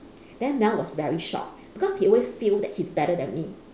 then mel was very shocked because he always feel that he's better than me